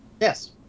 Yes